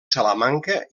salamanca